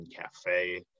Cafe